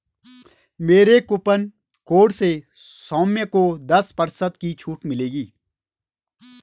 मेरे coupon code से सौम्य को दस प्रतिशत की छूट मिलेगी